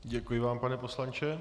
Děkuji vám, pane poslanče.